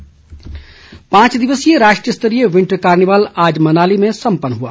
winter carnival पांच दिवसीय राष्ट्रीय स्तरीय विंटर कार्निवाल आज मनाली में सम्पन्न हुआ